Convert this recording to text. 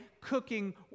cooking